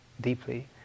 deeply